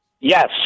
Yes